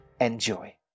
Enjoy